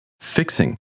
fixing